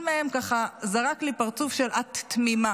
מהם זרק לי ככה פרצוף של "את תמימה".